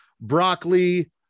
broccoli